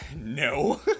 No